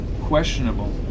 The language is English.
questionable